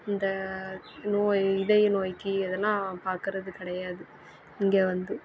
இந்த நோய் இதய நோய்க்கு அதெல்லாம் பார்க்குறது கிடையாது இங்கே வந்து